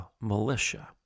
militia